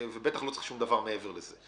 ובטח לא צריך שום דבר מעבר לזה.